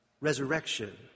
Resurrection